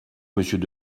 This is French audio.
monsieur